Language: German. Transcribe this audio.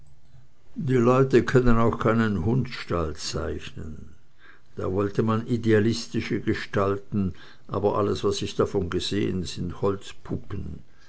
die leute können auch keinen hundsstall zeichnen da wollte man idealistische gestalten aber alles was ich davon gesehen sind